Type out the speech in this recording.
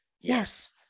Yes